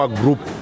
group